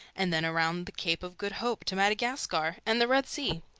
and then around the cape of good hope to madagascar and the red sea,